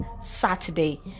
saturday